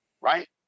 right